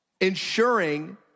ensuring